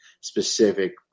specific